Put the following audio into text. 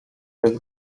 jest